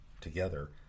together